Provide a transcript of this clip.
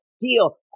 deal